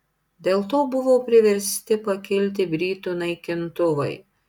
dėl to buvo priversti pakilti britų naikintuvai